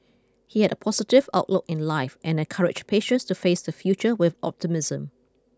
he had a positive outlook in life and encouraged patients to face the future with optimism